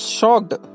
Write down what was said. shocked